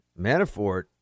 manafort